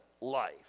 life